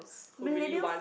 millennials